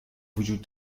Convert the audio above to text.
وجود